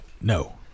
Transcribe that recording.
No